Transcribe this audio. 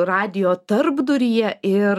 radijo tarpduryje ir